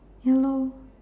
ya lor